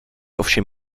ovšem